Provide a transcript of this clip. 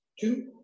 two